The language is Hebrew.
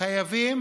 חייבים